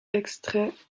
extraits